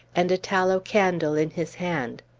and a tallow candle in his hand.